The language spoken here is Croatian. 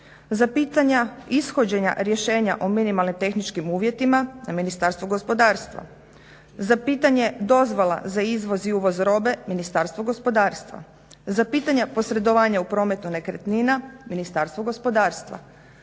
za pitanja ishođenja rješenja o minimalnim tehničkim uvjetima na Ministarstvo gospodarstvo, za pitanje dozvola za izvoz i uvoz robe Ministarstvo gospodarstva, za pitanje posredovanja u prometu nekretnina Ministarstvo gospodarstva."